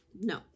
no